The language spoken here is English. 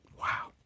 Wow